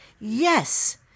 Yes